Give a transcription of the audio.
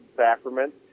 sacrament